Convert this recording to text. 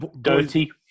Dirty